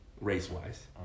race-wise